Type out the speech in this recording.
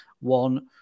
one